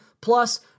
Plus